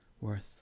worth